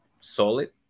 solid